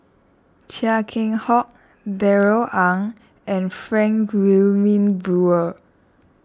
Chia Keng Hock Darrell Ang and Frank Wilmin Brewer